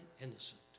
innocent